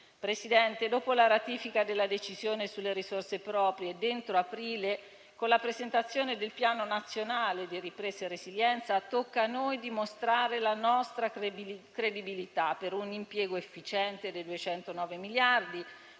Presidente, dopo la ratifica della decisione sulle risorse proprie entro aprile, con la presentazione del Piano nazionale di ripresa e resilienza, tocca a noi dimostrare la nostra credibilità per un impiego efficiente dei 209 miliardi